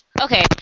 Okay